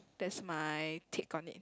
that's my take on it